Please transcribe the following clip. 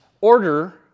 order